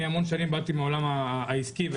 אני באתי מהעולם העסקי,